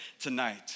tonight